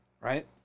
right